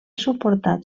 suportat